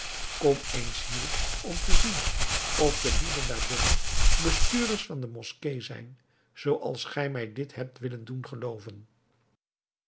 kom eens hier om te zien of de lieden daar binnen bestuurders van de moskee zijn zooals gij mij dit hebt willen doen gelooven